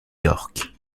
york